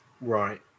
right